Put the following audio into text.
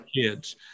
kids